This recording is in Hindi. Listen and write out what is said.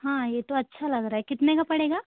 हाँ ये तो अच्छा लग रहा है कितने का पड़ेगा